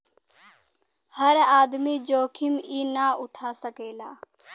हर आदमी जोखिम ई ना उठा सकेला